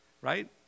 right